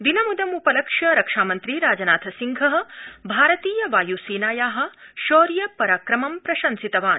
दिनमिदम्पलक्ष्य रक्षामन्त्री राजनाथ सिंह भारतीय वाय्सेनाया शौर्य पराक्रमं प्रशंसितवान्